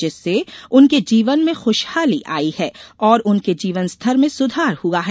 जिससे उनके जीवन में खूशहाली आई है और उनके जीवन स्तर में सुधार हुआ है